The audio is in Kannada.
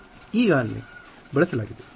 ಈಗಾಗಲೇ ಬಳಸಲಾಗಿದೆ